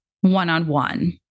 one-on-one